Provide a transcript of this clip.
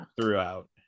Throughout